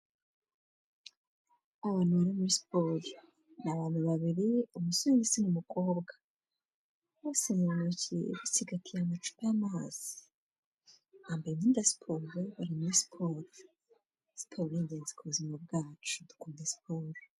Abantu bari muri siporo ni abantu babiri umusore ndetse n'umukobwa, bose mu ntoki basigatiye amacupa y'amazi, bambaye imyenda siporo bari muri siporo. Siporo ni ingenzi ku buzima bwacu dukunde siporo.